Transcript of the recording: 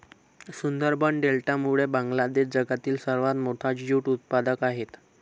सुंदरबन डेल्टामुळे बांगलादेश जगातील सर्वात मोठा ज्यूट उत्पादक आहे